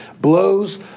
blows